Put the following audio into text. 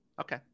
Okay